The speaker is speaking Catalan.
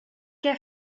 què